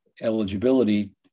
eligibility